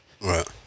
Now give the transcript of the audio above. right